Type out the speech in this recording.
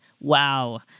Wow